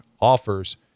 offers